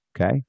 Okay